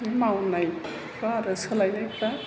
मावनायफ्रा आरो सोलायनायफ्रा